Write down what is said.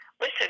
listen